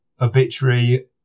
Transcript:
obituary